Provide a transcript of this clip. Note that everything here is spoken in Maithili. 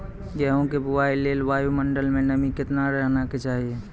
गेहूँ के बुआई लेल वायु मंडल मे नमी केतना रहे के चाहि?